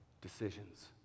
decisions